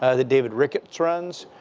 ah the david ricketts runs.